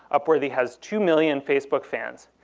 upworthy has two million facebook fans.